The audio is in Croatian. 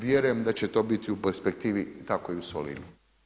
Vjerujem da će to biti u perspektivi tako i u Solinu.